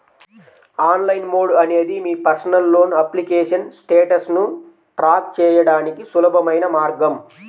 online mode అనేది మీ personal loan application స్టేటస్ను ట్రాక్ చేయడానికి సులభమైన మార్గం